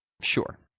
sure